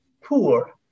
poor